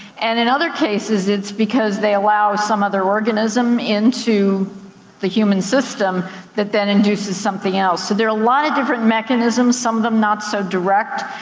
and in other cases, it's because they allow some other organism into the human system that then induces something else. so there are a lot of different mechanisms, some of them not so direct.